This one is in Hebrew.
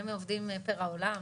הם עובדים פר העולם,